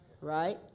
right